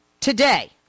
today